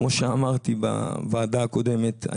כמו שאמרתי בוועדה הקודמת,